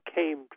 came